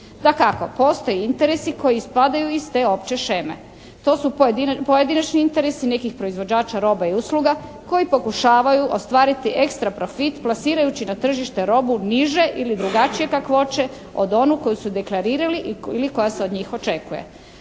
Dakako postoje interesi koji ispadaju iz te opće šeme. To su pojedinačni interesi nekih proizvođača roba i usluga koji pokušavaju ostvariti ekstra profit plasirajući na tržište robu niže ili drugačije kakvoće od onu koju su deklarirali ili koja se od njih očekuje.